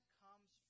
comes